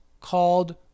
called